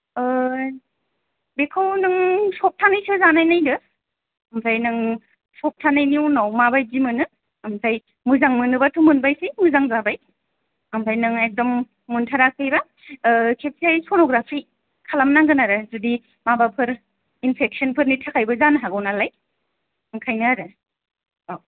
ओ बेखौ नों सफ्थानैसो जानाय नायदो ओमफ्राय नों सफ्था नैनि उनाव माबायदि मोनो ओमफाय मोजां मोनोबाथ' मोनबायसै मोजां जाबाय ओमफ्राय नों एखदम मोनथाराखैबा इसे सन'ग्राफि खालामनांगोन आरो जुदि माबाफोर इनफेक्सनफोरनि थाखायबो जानो हागौ नालाय ओंखायनो आरो औ